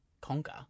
conquer